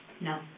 No